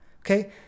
Okay